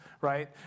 right